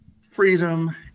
freedom